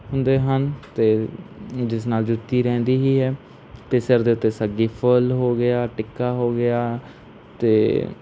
ਹੁੰਦੇ ਹਨ ਅਤੇ ਜਿਸ ਨਾਲ ਜੁੱਤੀ ਰਹਿੰਦੀ ਹੀ ਹੈ ਅਤੇ ਸਿਰ ਦੇ ਉੱਤੇ ਸੱਗੀ ਫੁੱਲ ਹੋ ਗਿਆ ਟਿੱਕਾ ਹੋ ਗਿਆ ਅਤੇ